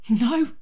No